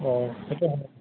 হয় সেইটো হয়